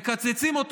מקצצים אותו.